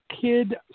Kid